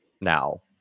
now